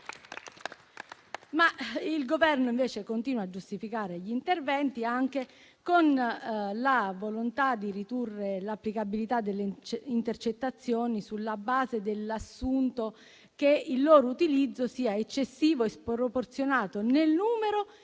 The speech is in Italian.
Il Governo continua invece a giustificare gli interventi anche con la volontà di ridurre l'applicabilità delle intercettazioni sulla base dell'assunto che il loro utilizzo sia eccessivo e sproporzionato nel numero e nei